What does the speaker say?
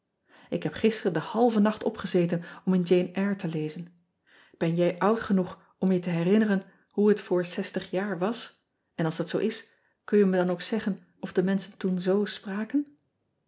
k heb gisteren den halven nacht opgezeten om in ane yre te lezen en jij oud genoeg om je te herinneren hoe het voor jaar was en als dat zoo is kun je me dan ook zeggen of de menschen toen z spraken